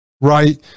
right